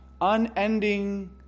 unending